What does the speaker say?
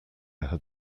had